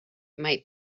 might